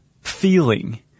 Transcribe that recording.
feeling